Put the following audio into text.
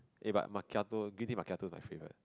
eh but macchiato green tea macchiato is my favourite